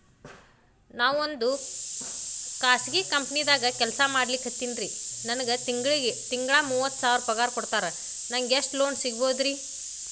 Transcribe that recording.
ನಾವೊಂದು ಖಾಸಗಿ ಕಂಪನಿದಾಗ ಕೆಲ್ಸ ಮಾಡ್ಲಿಕತ್ತಿನ್ರಿ, ನನಗೆ ತಿಂಗಳ ಮೂವತ್ತು ಸಾವಿರ ಪಗಾರ್ ಕೊಡ್ತಾರ, ನಂಗ್ ಎಷ್ಟು ಲೋನ್ ಸಿಗಬೋದ ರಿ?